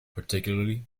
particularly